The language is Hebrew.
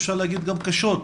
אפשר להגיד קשות,